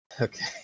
Okay